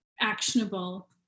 actionable